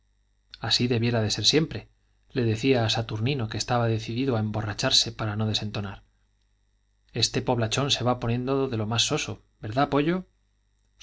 así debiera ser siempre le decía a saturnino que estaba decidido a emborracharse para no desentonar este poblachón se va poniendo lo más soso verdad pollo